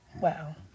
Wow